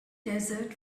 desert